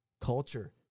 Culture